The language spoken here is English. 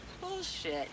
Bullshit